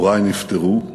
הורי נפטרו,